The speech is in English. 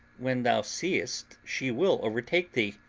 when thou seest she will overtake thee?